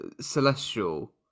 celestial